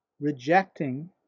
rejecting